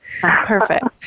Perfect